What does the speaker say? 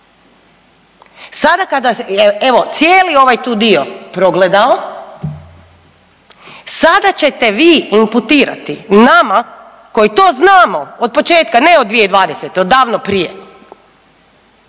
Sada kada je evo cijeli ovaj tu dio progledao, sada ćete vi imputirati nama koji to znamo od početka, ne od 2020. od davno prije,